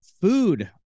food